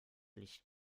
licht